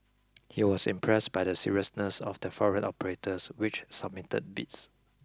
he was impressed by the seriousness of the foreign operators which submitted bids